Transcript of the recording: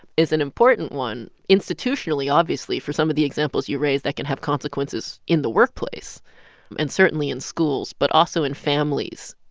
is an important one institutionally, obviously, for some of the examples you raised, that can have consequences in the workplace and certainly in schools but also in families.